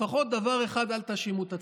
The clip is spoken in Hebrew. לפחות דבר אחד, אל תאשימו את הציבור,